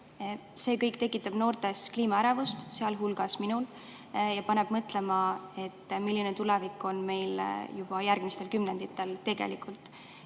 See kõik tekitab noortes kliimaärevust, sealhulgas minus. See paneb mõtlema, milline tulevik on meil juba järgmistel kümnenditel tegelikult